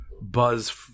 buzz